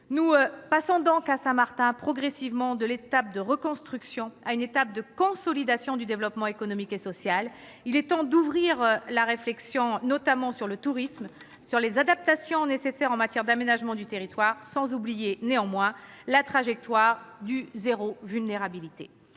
Nous passons progressivement, à Saint-Martin, de l'étape de la reconstruction à une étape de consolidation du développement économique et social. Il est temps d'ouvrir la réflexion, notamment sur le tourisme et sur les adaptations nécessaires en matière d'aménagement du territoire, sans oublier néanmoins la trajectoire du « zéro vulnérabilité